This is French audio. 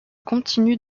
continuent